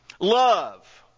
Love